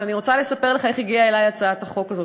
אבל אני רוצה לספר לך איך הגיעה אלי הצעת החוק הזאת,